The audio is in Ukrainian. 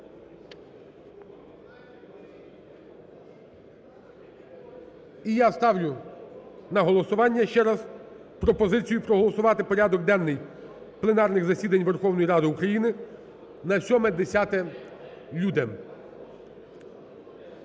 І я ставлю на голосування ще раз пропозицію проголосувати порядок денний пленарних засідань Верховної Ради України на 7-10 люте.